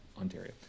Ontario